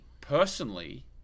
personally